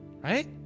Right